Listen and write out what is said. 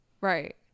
Right